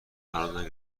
هنوز